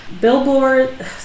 Billboard